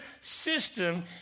system